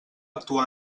actuar